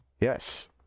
Yes